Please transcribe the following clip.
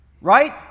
right